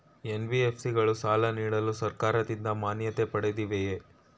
NBFC ಗಳು ಸಾಲ ನೀಡಲು ಸರ್ಕಾರದಿಂದ ಮಾನ್ಯತೆ ಪಡೆದಿವೆಯೇ?